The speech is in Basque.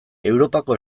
europako